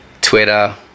twitter